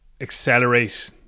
accelerate